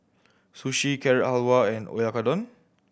Sushi Carrot Halwa and Oyakodon